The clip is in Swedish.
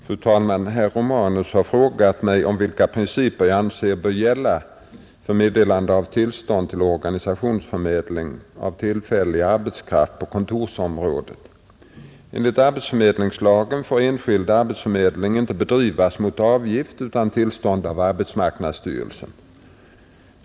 Fru talman! Herr Romanus har frågat mig om vilka principer jag anser bör gälla för meddelande av tillstånd till organisationsförmedling av tillfällig arbetskraft på kontorsområdet. Enligt arbetsförmedlingslagen får enskild arbetsförmedling inte bedrivas mot avgift utan tillstånd av arbetsmarknadsstyrelsen.